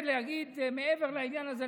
מעבר לעניין הזה,